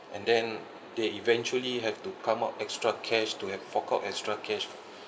and then they eventually have to come out extra cash to have fork out extra cash